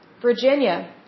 Virginia